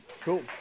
Cool